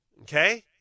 okay